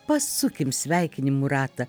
pasukim sveikinimų ratą